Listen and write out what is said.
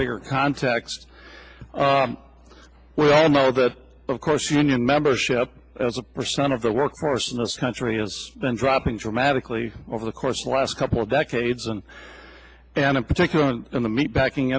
bigger context we all know that of course union membership as a percent of the workforce in this country has been dropping dramatically over the course last couple of decades and anna particularly in the meat packing